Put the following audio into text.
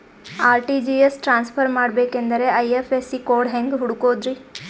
RTGS transfer ಮಾಡಬೇಕೆಂದರೆ IFSC code ಹೆಂಗ್ ಹುಡುಕೋದ್ರಿ?